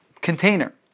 container